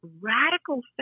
radical